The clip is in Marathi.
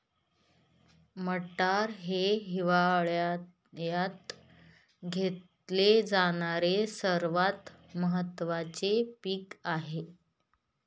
मटार हे हिवाळयात घेतले जाणारे सर्वात महत्त्वाचे पीक आहे